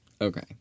Okay